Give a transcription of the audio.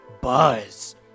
buzz